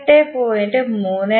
1 ഉം 28